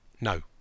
No